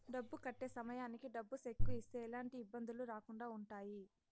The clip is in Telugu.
డబ్బు కట్టే సమయానికి డబ్బు సెక్కు ఇస్తే ఎలాంటి ఇబ్బందులు రాకుండా ఉంటాయి